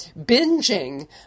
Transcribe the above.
binging